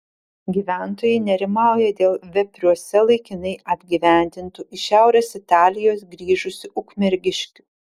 gyventojai nerimauja dėl vepriuose laikinai apgyvendintų iš šiaurės italijos grįžusių ukmergiškių